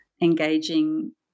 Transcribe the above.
engaging